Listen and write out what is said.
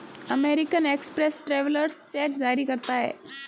American Express travellers cheque जारी करता है